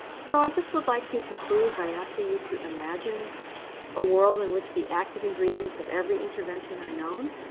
so i just would like to conclude by asking you to imagine a world in which the active ingredients of every intervention are known,